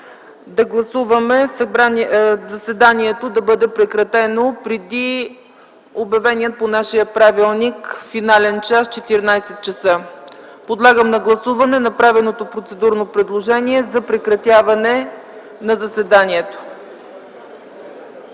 да гласуваме заседанието да бъде прекратено преди обявения по нашия правилник финален час 14,00 ч. Моля да гласуваме процедурното предложение за прекратяване на заседанието.